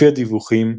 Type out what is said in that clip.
לפי דיווחים,